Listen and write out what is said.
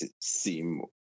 seem